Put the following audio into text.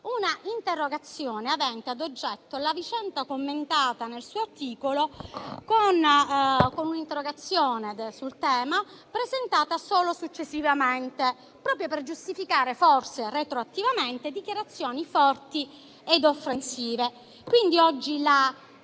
un'interrogazione avente ad oggetto la vicenda commentata nel suo articolo: un'interrogazione sul tema presentata solo successivamente, proprio per giustificare, forse retroattivamente, dichiarazioni forti ed offensive.